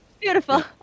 Beautiful